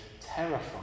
terrifying